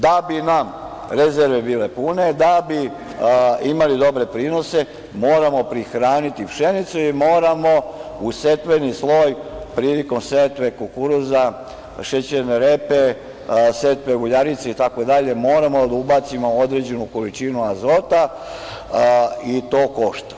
Da bi nam rezerve bile pune, da bi imali dobre prinose moramo prihraniti pšenicu i moramo u setveni sloj prilikom setve kukuruza, šećerne repe, setve, uljarica, itd. moramo da ubacimo određenu količinu azota i to košta.